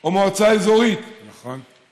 או מועצה אזורית, נכון.